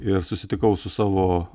ir susitikau su savo